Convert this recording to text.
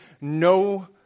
no